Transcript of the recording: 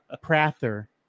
Prather